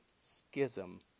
schism